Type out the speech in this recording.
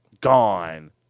gone